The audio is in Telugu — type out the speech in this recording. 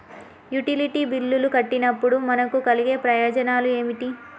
యుటిలిటీ బిల్లులు కట్టినప్పుడు మనకు కలిగే ప్రయోజనాలు ఏమిటి?